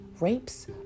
rapes